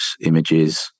images